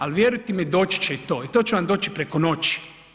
Ali vjerujte mi doći će i to i to će vam doći preko noći.